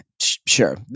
Sure